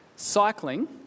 cycling